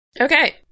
Okay